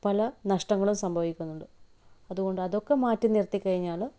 പല നഷ്ടങ്ങളും സംഭവിക്കുന്നുണ്ട് അതുകൊണ്ട് അതൊക്കെ മാറ്റി നിർത്തി കഴിഞ്ഞാൽ